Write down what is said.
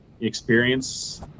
experience